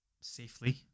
safely